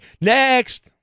Next